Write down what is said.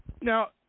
Now